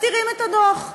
מסתירים את הדוח.